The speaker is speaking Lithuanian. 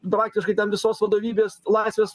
praktiškai ten visos vadovybės laisvės